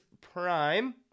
prime